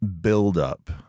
buildup